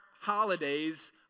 holidays